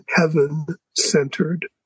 heaven-centered